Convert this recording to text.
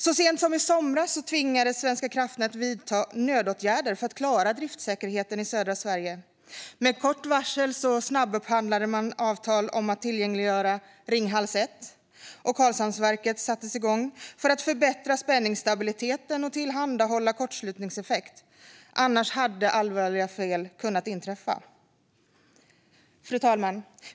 Så sent som i somras tvingades Svenska kraftnät vidta nödåtgärder för att klara driftsäkerheten i södra Sverige. Med kort varsel snabbupphandlades avtal om att tillgängliggöra Ringhals 1, och Karlhamnsverket sattes igång för att förbättra spänningsstabiliteten och tillhandahålla kortslutningseffekt. Annars hade allvarliga fel kunnat inträffa. Fru talman!